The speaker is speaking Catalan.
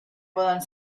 poden